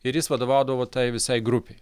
ir jis vadovaudavo tai visai grupei